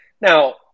now